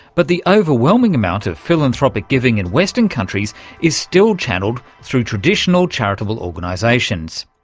but the overwhelming amount of philanthropic giving in western countries is still channelled through traditional charitable organisations.